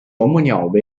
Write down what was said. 啄木鸟